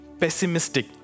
pessimistic